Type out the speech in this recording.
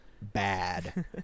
bad